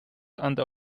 under